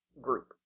group